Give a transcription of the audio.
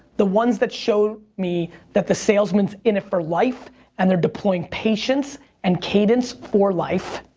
the ones that show me that the salesmen's in it for life and they're deploying patience and cadence for life.